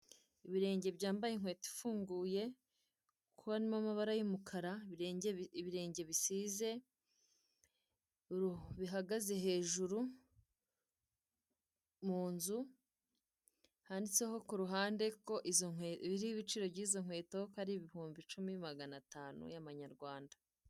Ibirenge byambaye inkweto ifunguye kubonamo amabara y'umukara , ibirenge bisize bihagaze hejuru mu nzu, handitseho ku ruhande ko izo nkweto biriho ibiciro by'izo nkweto ko ari ibihumbi icumi magana atanu y'amanyarwanda.